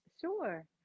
Sure